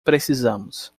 precisamos